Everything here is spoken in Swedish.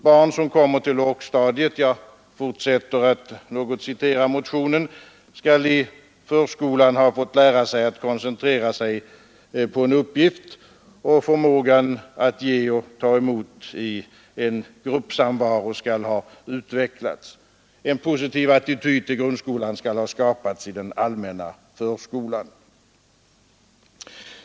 Barn som kommer till lågstadiet, framhåller vi i motionen, skall i förskolan ha fått lära sig att koncentrera sig på en uppgift, och förmågan att ge och ta emot i en gruppsamvaro skall ha utvecklats. En positiv attityd till grundskolan bör skapas i den allmänna förskolan.